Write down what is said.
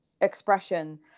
expression